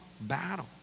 battle